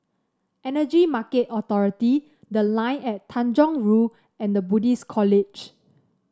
Energy Market Authority The Line at Tanjong Rhu and The Buddhist College